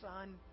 son